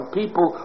people